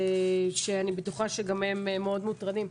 שאני בטוחה שגם הן מאוד מוטרדות.